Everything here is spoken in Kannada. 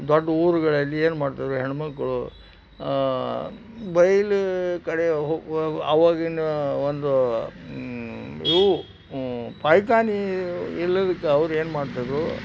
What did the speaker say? ದೊಡ್ಡ ಊರುಗಳಲ್ಲಿ ಏನು ಮಾಡ್ತಾರೆ ಹೆಣ್ಣುಮಕ್ಳು ಬೈಲ ಕಡೆ ಹೋಗಿ ಆವಾಗಿನ ಒಂದು ಇವು ಪಾಯ್ಕಾನೆ ಇಲ್ಲದಕ್ಕೆ ಅವ್ರೇನು ಮಾಡ್ತಿದ್ದರು